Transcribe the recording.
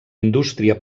indústria